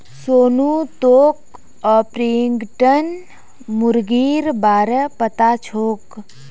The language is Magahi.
सोनू तोक ऑर्पिंगटन मुर्गीर बा र पता छोक